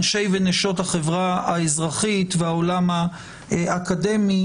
אנשי ונשות החברה האזרחית והעולם האקדמי,